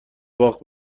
باخت